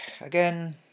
again